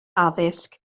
addysg